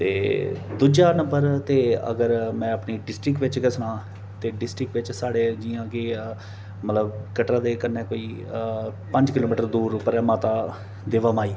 ते दूजा नम्बर ते में अगर अपनी डिस्ट्रिक्ट बिच गै सनांऽ ते डिस्ट्रिक्ट बिच साढे जि'यां के मतलब कटरा दे कन्नै कोई पंज किलेमिटर दूर ऐ माता देबां माई